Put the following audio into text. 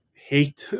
Hate